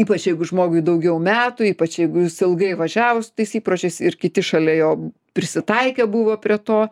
ypač jeigu žmogui daugiau metų ypač jeigu jis ilgai važiavo su tais įpročiais ir kiti šalia jo prisitaikę buvo prie to